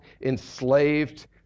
enslaved